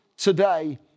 Today